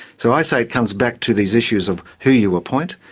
so i say it comes back to these issues of who you appoint.